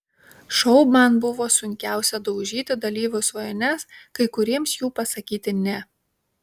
šou man buvo sunkiausia daužyti dalyvių svajones kai kuriems jų pasakyti ne